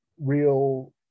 real